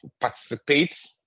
participate